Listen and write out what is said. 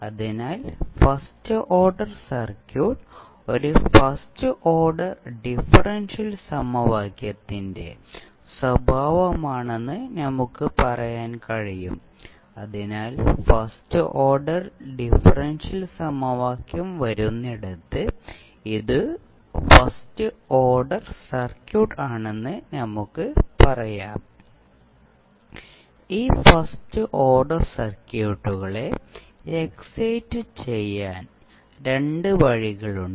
അതിനാൽ first order circuit ഒരു first order differential സമവാക്യത്തിന്റെ സ്വഭാവമാണെന്ന് നമുക്ക് പറയാൻ കഴിയും അതിനാൽ ഫസ്റ്റ് ഓർഡർ ഡിഫറൻഷ്യൽ സമവാക്യം വരുന്നിടത്ത് ഇത് ഫസ്റ്റ് ഓർഡർ സർക്യൂട്ട് ആണെന്ന് നമുക്ക് പറയാം ഈ ഫസ്റ്റ് ഓർഡർ സർക്യൂട്ടുകളെ എക്സൈറ്റ് ചെയ്യാൻ രണ്ട് വഴികളുണ്ട്